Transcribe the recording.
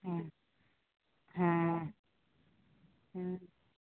हँ हँ हँ